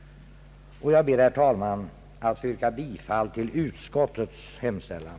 Jag ber, herr talman, att få yrka bifall till utskottets hemställan.